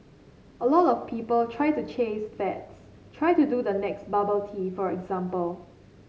a lot of people try to chase fads try to do the next bubble tea for example